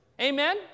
Amen